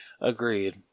Agreed